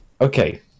Okay